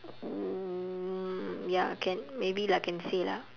mm) ya can maybe lah can say lah